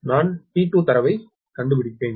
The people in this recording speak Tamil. நான் T2 தரவைக் கண்டுபிடிப்பேன்